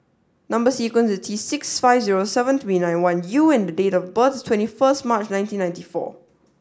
number sequence is T six five zero seven three nine one U and date of birth is twenty first March nineteen ninety four